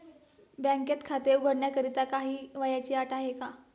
बँकेत खाते उघडण्याकरिता काही वयाची अट आहे का?